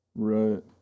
Right